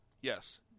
Yes